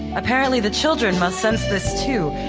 apparently the children must sense this too,